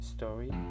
Story